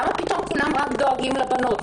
למה פתאום כולם דואגים רק לבנות?